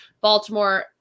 Baltimore